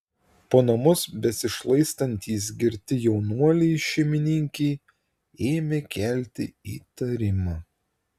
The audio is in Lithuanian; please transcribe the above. po namus besišlaistantys girti jaunuoliai šeimininkei ėmė kelti įtarimą